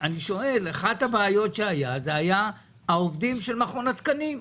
אחת הבעיות הייתה בנוגע לעובדים של מכון התקנים.